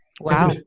Wow